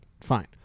Fine